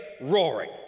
roaring